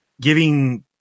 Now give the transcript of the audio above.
giving